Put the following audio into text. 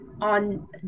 on